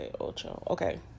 Okay